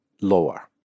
lower